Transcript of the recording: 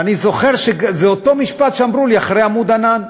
ואני זוכר שזה אותו משפט שאמרו לי אחרי "עמוד ענן"